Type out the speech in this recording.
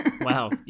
Wow